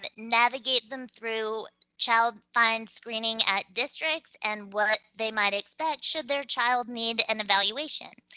but navigate them through child find screening at districts, and what they might expect should their child need an evaluation.